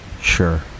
sure